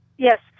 Yes